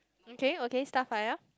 okay okay star fire